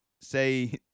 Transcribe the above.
say